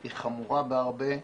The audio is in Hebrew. היא חמורה בהרבה.